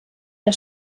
der